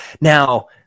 Now